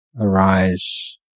arise